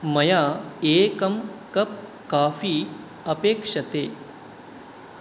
मया एकं cup coffee अपेक्ष्यते